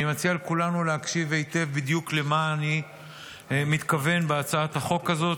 אני מציע לכולנו להקשיב היטב בדיוק למה אני מתכוון בהצעת החוק הזאת,